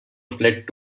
fled